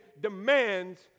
demands